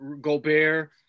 Gobert